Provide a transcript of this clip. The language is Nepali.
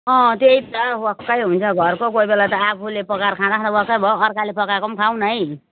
अँ त्यही त वाक्कै हुन्छ घरको कोही बेला त आफूले पकाएर खाँदा खाँदा वाक्कै भयो अर्काले पकाएको पनि खाउँ न है